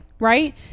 Right